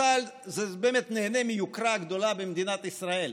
צה"ל נהנה מיוקרה גדולה במדינת ישראל.